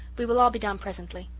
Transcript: we will all be down presently.